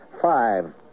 Five